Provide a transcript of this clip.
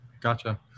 Gotcha